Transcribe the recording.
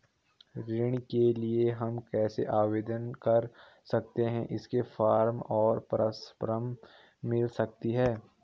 ऋण के लिए हम कैसे आवेदन कर सकते हैं इसके फॉर्म और परामर्श मिल सकती है?